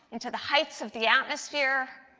into the heights of the atmosphere,